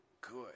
good